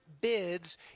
bids